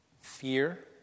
fear